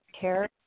care